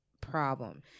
problem